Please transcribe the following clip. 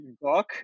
book